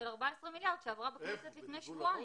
הוספנו קופסה של 14 מיליארד שעברה בכנסת לפני שבועיים.